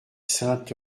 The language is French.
sainte